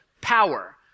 power